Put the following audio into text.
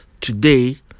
today